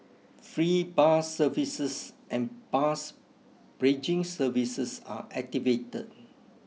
free bus services and bus bridging services are activated